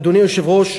אדוני היושב-ראש,